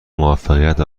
موفقیت